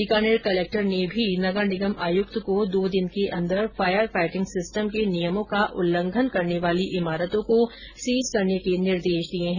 Bikaner collector ने भी नगर निगम आयुक्त को दो दिन के अंदर फायर फाइटिंग सिस्टम के नियमों का उल्लंघन करने वाली इमारतों को सीज करने के निर्देश दिये हैं